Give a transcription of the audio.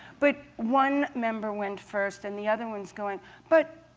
but one member went first, and the other one's going, but,